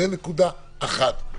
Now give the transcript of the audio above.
זו נקודה אחת.